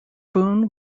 boone